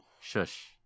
Shush